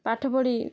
ପାଠ ପଢ଼ି